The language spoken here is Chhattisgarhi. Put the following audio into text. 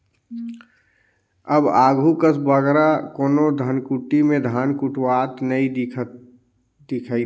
अब आघु कस बगरा कोनो धनकुट्टी में धान कुटवावत नी दिखई देहें